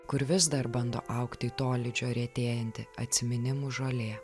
kur vis dar bando augti tolydžio retėjanti atsiminimų žolė